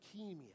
leukemia